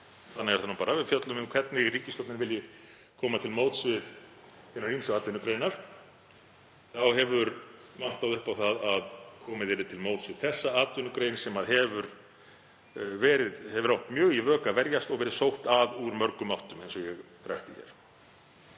þannig er það nú bara — og fjöllum um hvernig ríkisstjórnin vill koma til móts við hinar ýmsu atvinnugreinar þá hefur vantað upp á að komið sé til móts við þessa atvinnugrein sem hefur átt mjög í vök að verjast og verið sótt að úr mörgum áttum, eins og ég rakti hér.